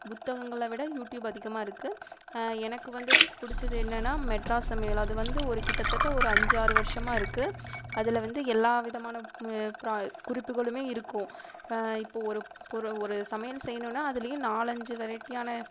புத்தகங்களை விட யூடியூப் அதிகமாக இருக்குது எனக்கு வந்து பிடிச்சது என்னெனா மெட்ராஸ் சமையல் அது வந்து ஒரு கிட்டத்தட்ட ஒரு அஞ்சாறு வருஷமாக இருக்குது அதில் வந்து எல்லா விதமான குறிப்புகளுமே இருக்கும் இப்போ ஒரு ஒரு ஒரு சமையல் செய்யணுனா அதிலியும் நாலஞ்சு வெரைட்டியான